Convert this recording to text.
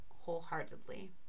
wholeheartedly